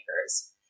makers